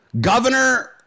Governor